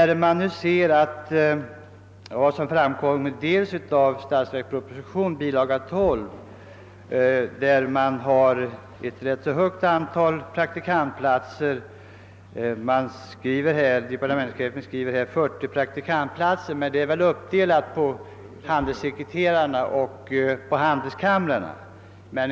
I statsverkspropositionen bil. 12 nämns ett rätt stor antal praktikantplatser — departementschefen talar om 40 platser, men de är väl uppdelade mellan handelssekreterarna och handelskamrarna.